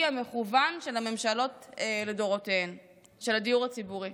המכוון של הממשלות לדורותיהן של הדיור הציבורי.